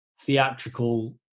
theatrical